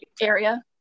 area